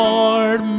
Lord